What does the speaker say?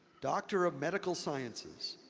doctor of medical sciences,